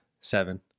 seven